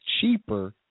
cheaper